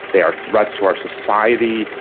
they are threats to our society,